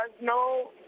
no